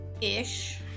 ish